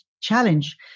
challenge